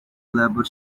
labor